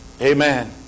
Amen